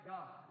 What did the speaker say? God